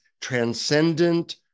Transcendent